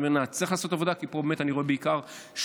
אני אומר שנצטרך לעשות עבודה כי פה באמת אני רואה בעיקר שותפות,